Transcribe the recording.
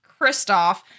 Kristoff